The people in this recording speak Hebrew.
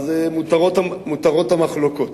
מותרות המחלוקות.